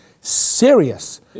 serious